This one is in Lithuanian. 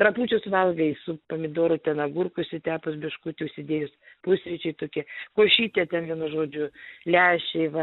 trapučius valgai su pomidoru ten agurkus užsitepus biškutį užsidėjus pusryčiai tokie košytė ten vienu žodžiu lęšiai va